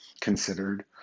considered